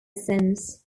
since